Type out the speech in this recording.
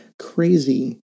crazy